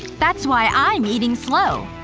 that's why i'm eatin' slow.